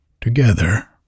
Together